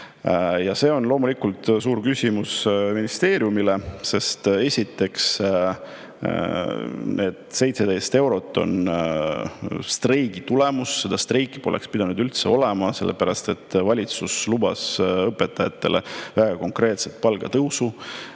see on loomulikult suur küsimus ministeeriumile, sest esiteks, need 17 eurot on streigi tulemus, seda streiki poleks pidanud üldse olema, sellepärast et valitsus lubas õpetajatele väga konkreetset palgatõusu,